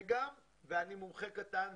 ואני מומחה קטן,